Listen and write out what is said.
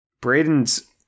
Braden's